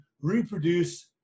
reproduce